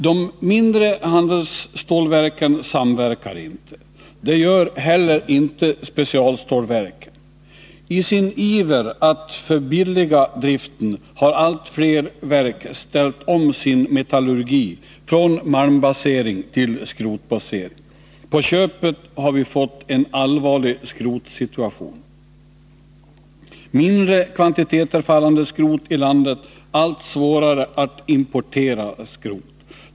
De mindre handelsstålverken samverkar inte. Det gör inte heller specialstålverken. I sin iver att förbilliga driften har allt fler verk ställt om sin metallurgi från malmbasering till skrotbasering. På köpet har vi fått en allvarlig skrotsituation med mindre kvantiteter fallande skrot i landet och allt större svårigheter att importera skrot.